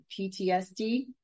PTSD